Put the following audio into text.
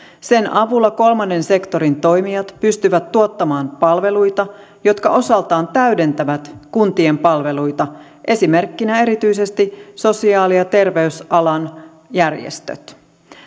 sen avulla kolmannen sektorin toimijat pystyvät tuottamaan palveluita jotka osaltaan täydentävät kuntien palveluita esimerkkinä erityisesti sosiaali ja terveysalan järjestöt